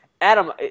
Adam